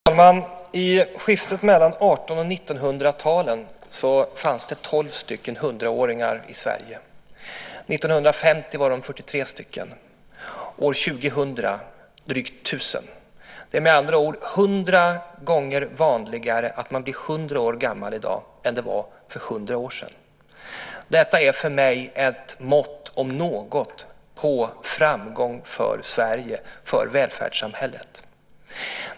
Fru talman! I skiftet mellan 1800 och 1900-talen fanns det 12 stycken 100-åringar i Sverige, 1950 var de 43, år 2000 drygt 1 000. Det är med andra ord hundra gånger vanligare att man blir 100 år gammal i dag än det var för hundra år sedan. Detta är för mig ett mått, om något, på framgång för Sverige och välfärdssamhället.